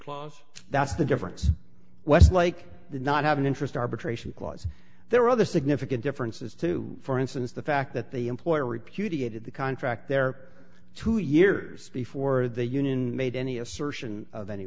clause that's the difference was like the not have an interest arbitration clause there are other significant differences to for instance the fact that the employer repudiated the contract there two years before the union made any assertion of any